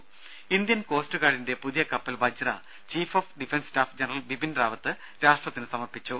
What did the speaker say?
രുര Indian coast ഗാർഡിന്റെ പുതിയ കപ്പൽ Vajra chief of defence staff general Bipin Rawat രാഷ്ട്രത്തിന് സമർപ്പിച്ചു